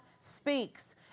speaks